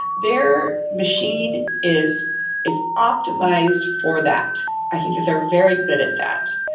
their machine is is optimized for that. i think that they're very good at that.